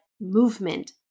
movement